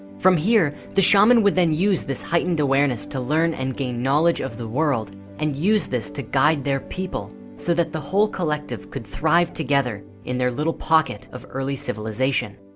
from here the shaman would then use this heightened awareness to learn and gain knowledge of the world and use this to guide their people so that the whole collective could thrive together in their little pocket of early civilization